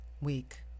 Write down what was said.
week